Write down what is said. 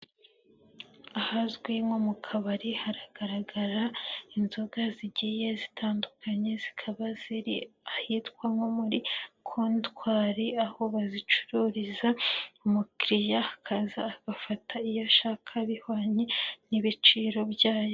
Ahazwi nko mu kabari haragaragara inzoga zigiye zitandukanye, zikaba ziri ahitwa nko muri kontwari, aho bazicururiza umukiriya ahaza agafata iyo ashaka bihwanye n'ibiciro byayo.